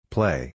Play